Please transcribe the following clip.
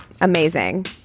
amazing